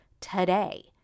today